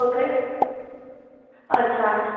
okay અચ્છા